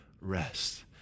rest